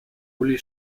uli